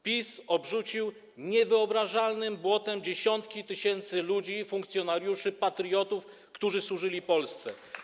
PiS obrzucił niewyobrażalnym błotem dziesiątki tysięcy ludzi, funkcjonariuszy, patriotów, którzy służyli Polsce.